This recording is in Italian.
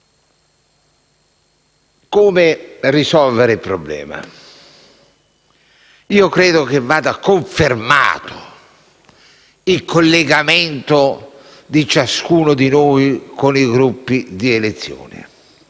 come risolvere il problema? Io credo che vada confermato il collegamento di ciascuno di noi con i Gruppi di elezione.